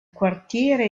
quartiere